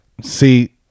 See